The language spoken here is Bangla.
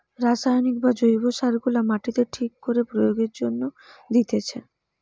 রাসায়নিক বা জৈব সার গুলা মাটিতে ঠিক করে প্রয়োগের জন্যে দিতেছে